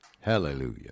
Hallelujah